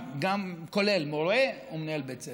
כולל מורה ומנהל בית ספר.